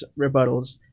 rebuttals